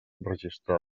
registral